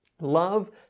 Love